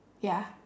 ya